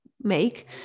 make